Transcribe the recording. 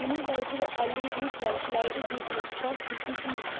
Energizer L E D flashlight ਦੀ ਉਪਲਬਧਤਾ ਸਥਿਤੀ ਕੀ ਹੈ